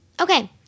Okay